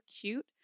cute